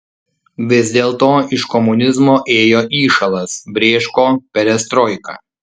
vis dėlto iš komunizmo ėjo įšalas brėško perestroika